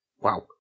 wow